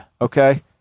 okay